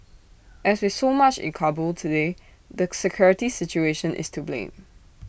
as with so much in Kabul today the security situation is to blame